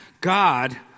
God